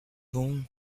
bon